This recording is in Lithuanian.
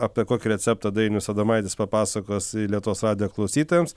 apie kokį receptą dainius adomaitis papasakos lietuvos radijo klausytojams